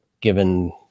given